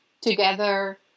together